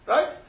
Right